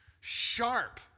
sharp